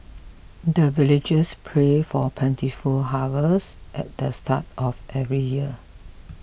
the villagers pray for plentiful harvest at the start of every year